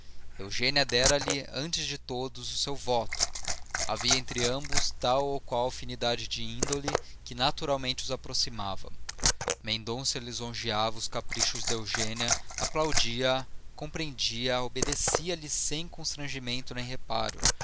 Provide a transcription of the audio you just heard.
universal eugênia dera-lhe antes de todos o seu voto havia entre ambos tal ou qual afinidade de índole que naturalmente os aproximava mendonça lisonjeava os caprichos de eugênia aplaudia a compreendia a obedecia lhe sem constrangimento nem reparo